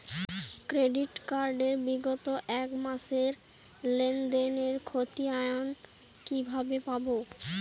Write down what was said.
Credit card এর বিগত এক মাসের লেনদেন এর ক্ষতিয়ান কি কিভাবে পাব?